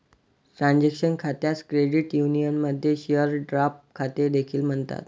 transaction खात्यास credit युनियनमध्ये share draft खाते देखील म्हणतात